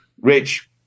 rich